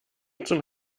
zum